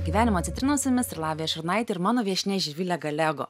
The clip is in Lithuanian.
gyvenimo citrinos su jumis ir lavija šurnaitė ir mano viešnia živilė galego